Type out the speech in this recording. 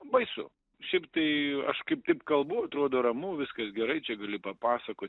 baisu šiaip tai aš kaip taip kalbu atrodo ramu viskas gerai čia gali papasakoti